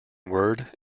word